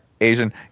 Asian